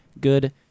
good